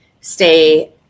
stay